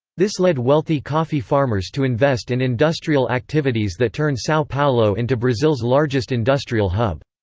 this led wealthy coffee farmers to invest in industrial activities that turned sao paulo into brazil's largest industrial hub.